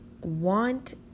want